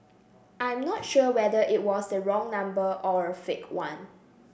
I'm not sure whether it was the wrong number or a fake one